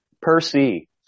Percy